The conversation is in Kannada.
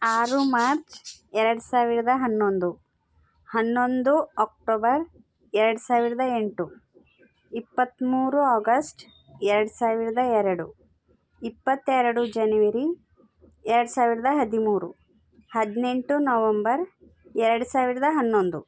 ಆರು ಮಾರ್ಚ್ ಎರಡು ಸಾವಿರದ ಹನ್ನೊಂದು ಹನ್ನೊಂದು ಅಕ್ಟೋಬರ್ ಎರಡು ಸಾವಿರದ ಎಂಟು ಇಪ್ಪತ್ತ್ಮೂರು ಆಗಸ್ಟ್ ಎರಡು ಸಾವಿರದ ಎರಡು ಇಪ್ಪತ್ತೆರಡು ಜನಿವರಿ ಎರಡು ಸಾವಿರದ ಹದಿಮೂರು ಹದಿನೆಂಟು ನವಂಬರ್ ಎರಡು ಸಾವಿರದ ಹನ್ನೊಂದು